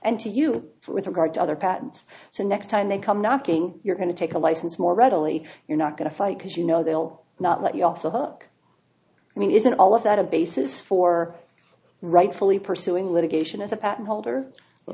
and to you for with regard to other patents so next time they come knocking you're going to take a license more readily you're not going to fight because you know they will not let you off the hook i mean isn't all of that a basis for rightfully pursuing litigation